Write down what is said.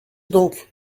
donc